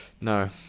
no